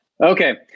Okay